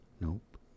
Nope